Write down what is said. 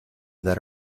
that